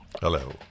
Hello